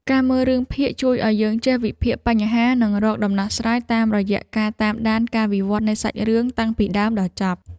ការមើលរឿងភាគជួយឱ្យយើងចេះវិភាគបញ្ហានិងរកដំណោះស្រាយតាមរយៈការតាមដានការវិវត្តនៃសាច់រឿងតាំងពីដើមដល់ចប់។